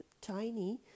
tiny